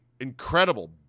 incredible